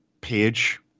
page